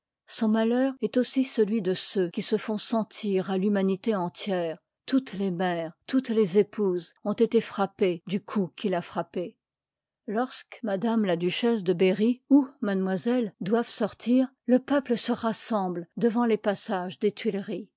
on malheur est aussi de ceux qui se foih sentij j'humanité entière totjitps les mères toutes les épouses ont été frappées du coup qui l'a frappée lorsque m la duchesse de berry ou mademoiselle u p t doivent sortir le pduple se rassemble uy il devant les passages des tuileries